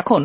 এখন